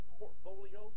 portfolio